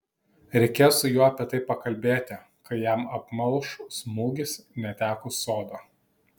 reikės su juo apie tai pakalbėti kai jam apmalš smūgis netekus sodo